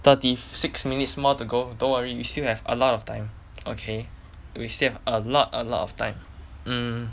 thirty six minutes more to go don't worry we still have a lot of time okay we still have a lot a lot of time mm